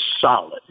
solid